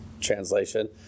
translation